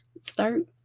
start